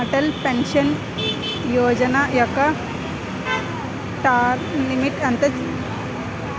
Atal pension Yojana యెక్క term limit ఎంత?